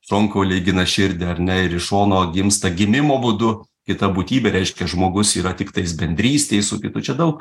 šonkauliai gina širdį ar ne ir iš šono gimsta gimimo būdu kita būtybė reiškia žmogus yra tiktais bendrystėj su kitu čia daug